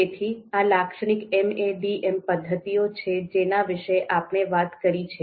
તેથી આ લાક્ષણિક MADM પદ્ધતિઓ છેજેના વિશે આપણે વાત કરી છે